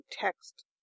text